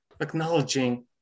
acknowledging